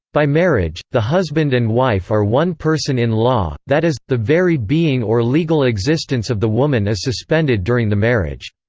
by marriage, the husband and wife are one person in law that is, the very being or legal existence of the woman is suspended during the marriage,